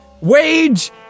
Wage